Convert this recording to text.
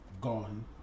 gone